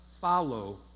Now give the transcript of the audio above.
follow